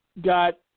got